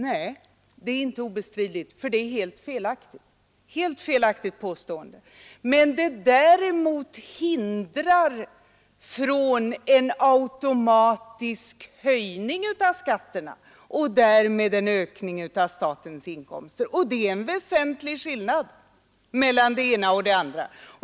Nej, det är inte obestridligt, för det är ett helt felaktigt påstående. Däremot hindrar indexregleringen en ökning av statens inkomster genom en automatisk höjning av skatterna, och det är en väsentlig skillnad mellan det ena och det andra.